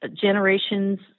generations